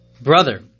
brother